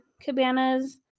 cabanas